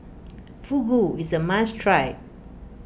Fugu is a must try